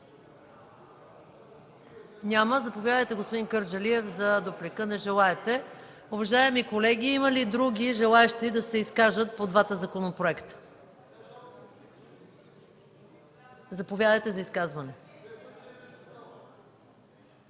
Няма. Заповядайте, господин Кърджалиев, за дуплика. Не желаете. Уважаеми колеги, има ли други желаещи да се изкажат по двата законопроекта? Заповядайте за изказване,